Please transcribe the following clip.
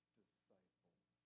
disciples